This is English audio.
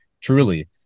truly